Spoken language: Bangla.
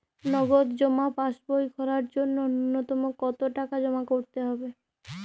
নগদ জমা পাসবই খোলার জন্য নূন্যতম কতো টাকা জমা করতে হবে?